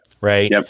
Right